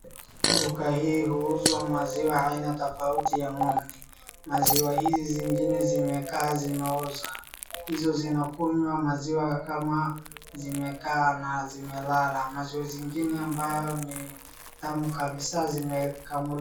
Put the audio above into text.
Duka hii huuzwa maziwa aina tofauti ya ng'ombe. Maziwa hizi zingine zimekaa zimeoza, hizo zinakunywa maziwa kama zimekaa na zimelala, maziwa zingine ambayo ni tamu kabisa zimekamuliwa.